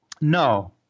No